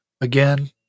Again